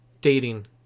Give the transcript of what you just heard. dating